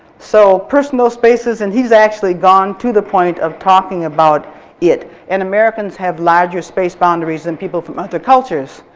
so personal space is and he's actually gone to the point of talking about it, and americans have larger space boundaries than people from other cultures.